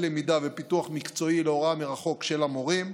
למידה ופיתוח מקצועי להוראה מרחוק של המורים.